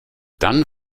dann